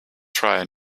try